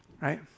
right